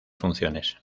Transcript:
funciones